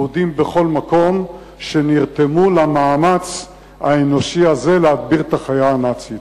יהודים שנרתמו בכל מקום למאמץ האנושי הזה להדביר את החיה הנאצית.